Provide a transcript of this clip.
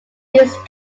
these